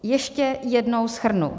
Ještě jednou shrnu.